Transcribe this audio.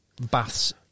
Bath's